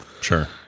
sure